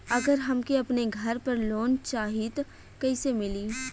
अगर हमके अपने घर पर लोंन चाहीत कईसे मिली?